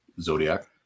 Zodiac